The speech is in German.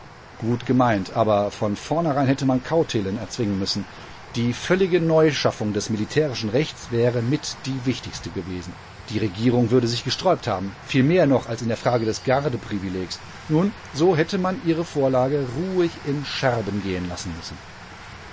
gut gemeint aber von vornherein hätte man kautelen erzwingen müssen die völlige neuschaffung des militärischen rechts wäre mit die wichtigste gewesen die regierung würde sich gesträubt haben viel mehr noch als in der frage des gardeprivilegs nun so hätte man ihre vorlage ruhig in scherben gehen lassen müssen